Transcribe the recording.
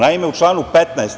Naime, u članu 15.